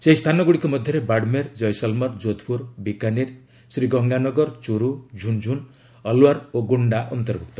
ସେହି ସ୍ଥାନଗୁଡ଼ିକ ମଧ୍ୟରେ ବାଡ଼ମେର କୈସଲମର ଜୋଧପୁର ବିକାନୀର୍ ଶ୍ରୀଗଙ୍ଗାନଗର ଚୁରୁ ଝୁନ୍ଝୁନୁ ଅଲଓ୍ୱାର୍ ଓ ଗୋଣ୍ଡା ଅନ୍ତର୍ଭୁକ୍ତ